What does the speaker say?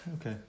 Okay